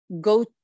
go